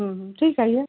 ठीक आहे